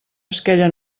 esquella